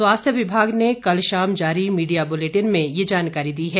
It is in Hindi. स्वास्थ्य विभाग ने कल शाम जारी मीडिया बुलेटिन में ये जानकारी दी है